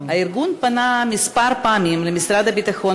הארגון פנה כמה פעמים למשרד הביטחון